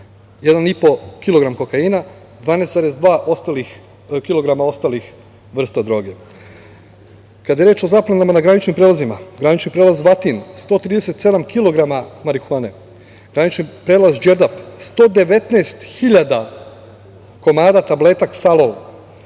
1,5 kg kokaina, 12,2 kg ostalih vrsta droge. Kada je reč o zaplenama na graničnim prelazima, granični prelaz Vatin 137 kg marihuane, granični prelaz Đerdap 119.000 komada tableta ksalol,